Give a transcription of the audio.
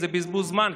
זה בזבוז זמן,